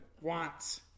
Wants